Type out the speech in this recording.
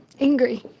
Angry